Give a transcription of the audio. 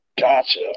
Gotcha